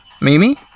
Mimi